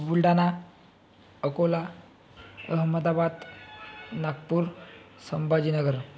Buldhana Akola Ahmedabad Nagpur Sambhaji Nagar